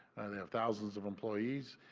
they have thousands of employees.